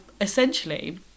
essentially